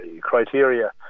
criteria